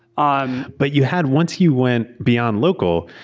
um but you had. once you went beyond local,